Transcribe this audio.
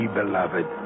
beloved